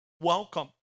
welcome